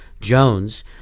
Jones